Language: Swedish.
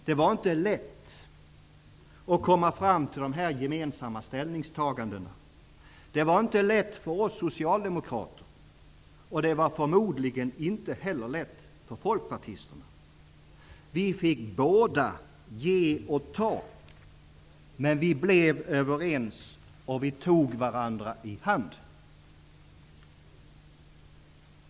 Det var inte lätt att komma fram till dessa gemensamma ställningstaganden. Det var inte lätt för oss socialdemokrater, och det var förmodligen inte heller lätt för folkpartisterna. Vi fick båda ge och ta, men vi blev överens och tog varandra i hand.